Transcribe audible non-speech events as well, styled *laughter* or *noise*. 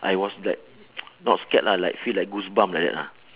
I was like *noise* not scared lah like feel like goose bump like that lah